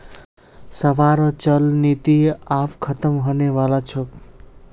सबहारो चल निधि आब ख़तम होने बला छोक